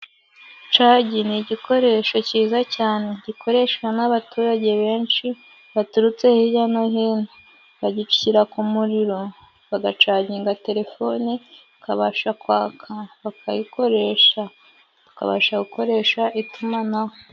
Cagi ni igikoresho cyiza cyane gikoreshwa n'abaturage benshi baturutse hirya no hino . Bagishyira ku muriro bagacaginga telefone ikabasha kwaka bakayikoresha bakabasha gukoresha itumanaho.